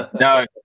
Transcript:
no